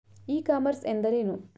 E commerce ಎಂದರೇನು?